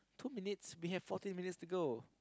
two minutes we have fourteen minutes to go